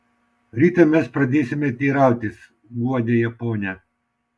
rytą mes pradėsime teirautis guodė ją ponia